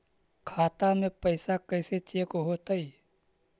खाता में पैसा कैसे चेक हो तै?